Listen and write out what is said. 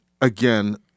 again